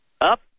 Up